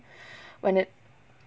when it